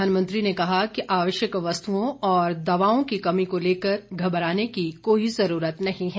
प्रधानमंत्री ने कहा कि आवश्यक वस्तुओं और दवाओं की कमी को लेकर घबराने की कोई जरूरत नहीं है